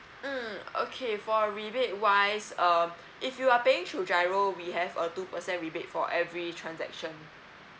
mm okay for rebate wise um if you are paying through giro we have a two percent rebate for every transaction